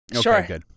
Sure